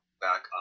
back